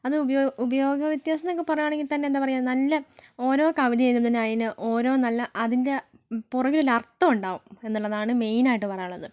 അത് ഉപയോ ഉപയോഗ വ്യത്യാസമെന്ന് ഒക്കെ പറയുകയാണെങ്കിൽ തന്നെ എന്താണ് പറയുക നല്ല ഓരോ കവിതയെഴുതുമ്പോൾ അതിന് ഓരോ നല്ല അതിൻ്റെ പുറകിലൊരു അർത്ഥം ഉണ്ടാവും എന്നുള്ളതാണ് മെയിൻ ആയിട്ട് പറയാനുള്ളത്